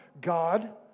God